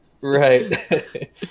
Right